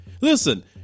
Listen